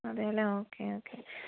അതെയല്ലേ okay okay